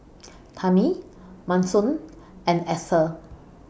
Tami Manson and Axel